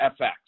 FX